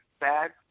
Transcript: bad